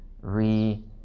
re